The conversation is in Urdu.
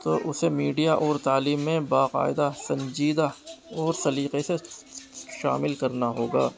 تو اسے میڈیا اور تعلیم میں باقاعدہ سنجیدہ اور سلیقے سے شامل کرنا ہوگا